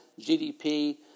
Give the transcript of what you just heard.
GDP